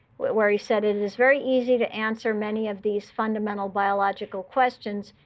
where he said, it it is very easy to answer many of these fundamental biological questions.